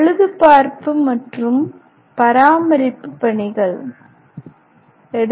பழுதுபார்ப்பு மற்றும் பராமரிப்பு பணிகள் எ